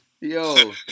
Yo